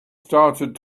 started